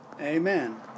Amen